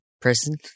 prison